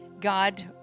God